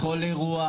בכל אירוע